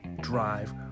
Drive